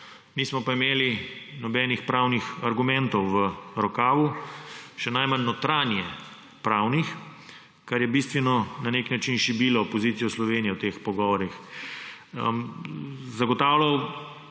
nismo pa imeli nobenih pravnih argumentov v rokavu, še najmanj notranjepravnih, kar je bistveno na nek način šibilo pozicijo Slovenije v teh pogovorih. Zagotavljal